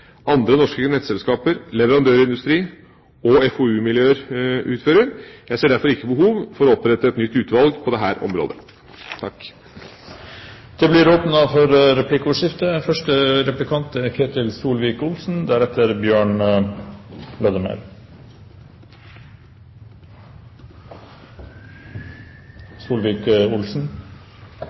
andre norske nettselskaper, leverandørindustrien og FoU-miljøer utfører. Jeg ser derfor ikke behov for å opprette et nytt utvalg på dette området. Det blir replikkordskifte. Mesteparten av vurderingene til statsråden stiller jeg meg bak. Men konklusjonen er